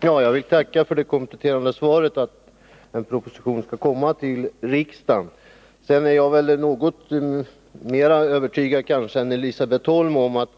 Herr talman! Jag vill tacka för det kompletterande svaret att en proposition skall komma till riksdagen. Sedan är jag kanske något mer övertygad än Elisabet Holm om att